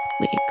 weeks